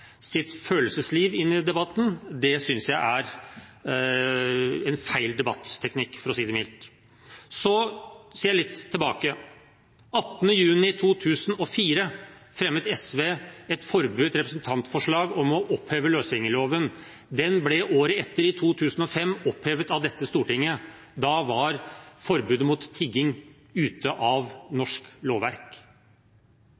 sitt følelsesliv inn i debatten. Det synes jeg er en feil debatteknikk, for å si det mildt. Så ser jeg litt tilbake: 18. juni 2004 fremmet SV et representantforslag om å oppheve løsgjengerloven. Den ble året etter, i 2005, opphevet av Stortinget. Da var forbudet mot tigging ute av norsk lovverk.